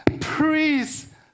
please